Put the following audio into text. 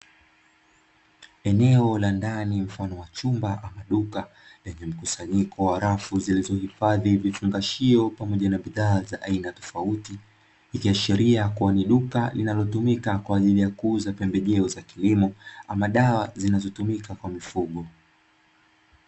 Eneo la ndani mfano wa chumba ama duka lenye mkusanyiko wa rafu zilizohifadhi vifungashio pamoja na bidhaa za aina tofautitofauti ikiashiria kuwa ni duka linalotumika kwa ajili ya kuuza pembejeo za kilimo ama dawa zinazotumika kwa mifugo.